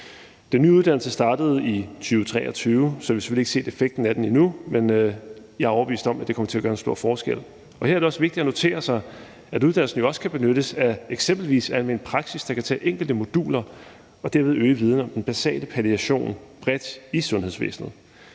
Den nye uddannelse startede i 2023, så vi har selvfølgelig ikke set effekten af den endnu, men jeg er overbevist om, at det kommer til at gøre en stor forskel. Her er det også vigtigt at notere sig, at uddannelsen jo kan benyttes af eksempelvis alment praktiserende læger, der kan tage enkelte moduler og derved øge viden om den basale palliation bredt i sundhedsvæsenet.